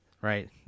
Right